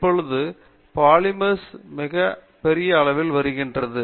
இப்பொழுது பாலிமர்ஸ் கள் மிகப்பெரிய அளவில் வருகிறது